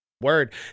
Word